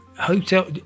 hotel